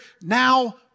now